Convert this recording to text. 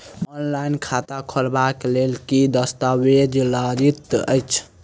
Online खाता खोलबय लेल केँ दस्तावेज लागति अछि?